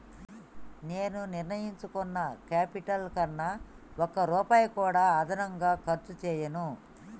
నేను నిర్ణయించుకున్న క్యాపిటల్ కన్నా ఒక్క రూపాయి కూడా అదనంగా ఖర్చు చేయను